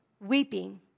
weeping